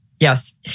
Yes